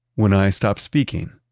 when i stop speaking,